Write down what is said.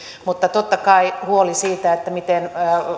totta kai huoli siitä miten